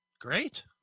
great